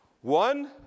One